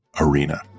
Arena